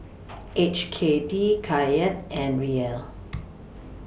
H K D Kyat and Riel